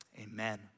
amen